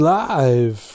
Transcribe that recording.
live